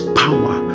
power